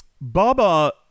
Baba